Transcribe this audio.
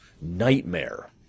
nightmare